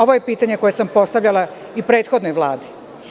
Ovo je pitanje koje sam postavljala i prethodnoj Vladi.